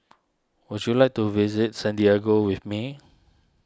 would you like to visit Santiago with me